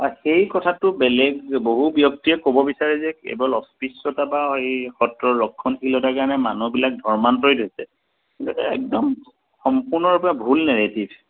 সেই কথাটো বেলেগ বহু ব্যক্তিয়ে ক'ব বিচাৰে যে কেৱল অস্পৃশ্যতা বা সেই সত্ৰৰ ৰক্ষণশীলতাৰ কাৰণে মানুহবিলাক ধৰ্মান্তৰিত হৈছে এইটো একদম সম্পূৰ্ণৰূপে ভুল নেৰেটিভ